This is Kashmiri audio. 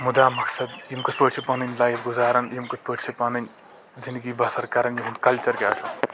مُدا مُقصد یِم کِتھ پٲٹھۍ چھِ پَنٕنۍ لایف گُزاران یِم کِتھ پٲٹھۍ چھِ پَنٕنۍ زنٛدگی بَسر کران یِہُنٛد کَلچر کیٚاہ چھُ